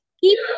keep